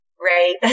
Right